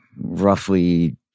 roughly